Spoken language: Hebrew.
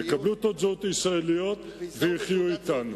יקבלו תעודות ישראליות ויחיו אתנו.